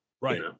right